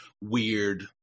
weird